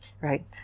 Right